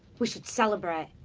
we should celebrate!